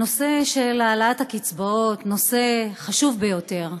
הנושא של העלאת הקצבאות הוא נושא חשוב ביותר,